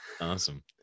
Awesome